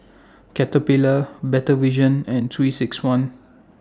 Caterpillar Better Vision and three six one